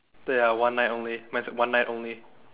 the ya one night only mine said one night only